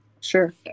Sure